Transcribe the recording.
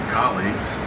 colleagues